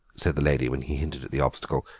said the lady, when he hinted at the obstacle,